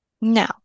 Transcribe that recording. Now